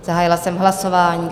Zahájila jsem hlasování.